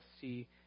see